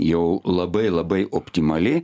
jau labai labai optimali